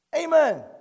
Amen